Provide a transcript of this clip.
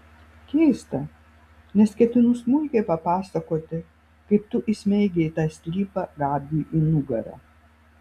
keista nes ketinu smulkiai papasakoti kaip tu įsmeigei tą strypą gabiui į nugarą